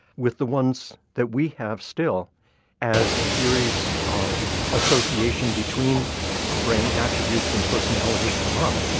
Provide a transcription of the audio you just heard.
with the ones that we have still as theories of association between brain attributes and personality come up,